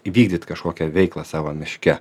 įvykdyt kažkokią veiklą savo miške